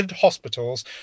hospitals